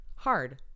hard